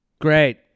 Great